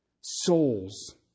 souls